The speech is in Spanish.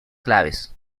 claves